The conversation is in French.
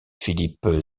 philippe